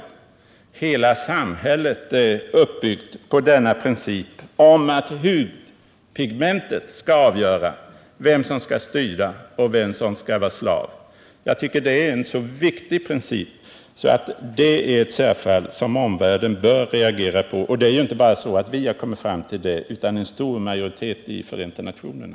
Hela samhället är uppbyggt på principen att hudpigmentet avgör vem som skall styra och vem som skall vara slav. Det är ett särfall, som omvärlden bör reagera inför. Inte bara vi har kommit fram till detta, utan en stor majoritet av medlemsstaterna inom Förenta nationerna.